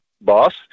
boss